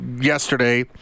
yesterday